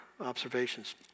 observations